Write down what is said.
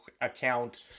account